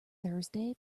thursday